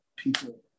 people